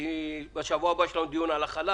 כי בשבוע הבא יש לנו דיון על החלב,